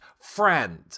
friend